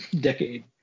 decade